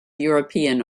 european